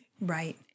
right